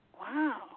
Wow